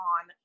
on